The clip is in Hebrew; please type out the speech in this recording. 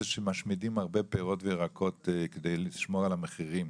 שמשמידים הרבה פירות וירקות כדי לשמור על המחירים.